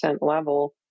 level